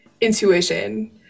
intuition